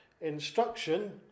instruction